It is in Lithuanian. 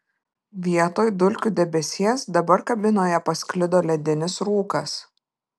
vietoj dulkių debesies dabar kabinoje pasklido ledinis rūkas